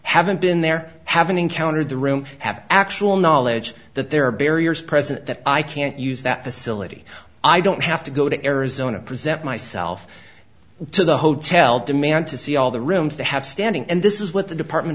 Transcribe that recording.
haven't been there haven't encountered the room have actual knowledge that there are barriers present that i can't use that facility i don't have to go to arizona present myself to the hotel demand to see all the rooms to have standing and this is what the department